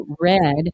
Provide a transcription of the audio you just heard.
red